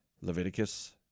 Leviticus